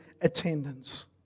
attendance